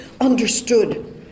understood